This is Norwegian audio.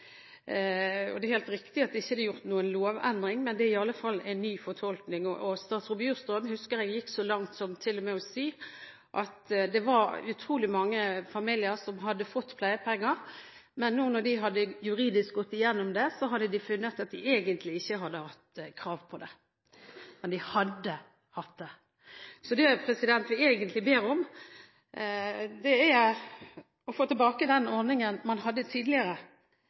Det er helt riktig at det ikke er gjort noen lovendring, men det er i alle fall en ny fortolkning. Statsråd Bjurstrøm, husker jeg, gikk til og med så langt som til å si at det var utrolig mange familier som hadde fått pleiepenger, men nå når en hadde gått igjennom det juridisk, hadde en funnet at de egentlig ikke hadde hatt krav på det. Men de hadde hatt det. Det vi egentlig ber om, er å få tilbake den ordningen man hadde tidligere.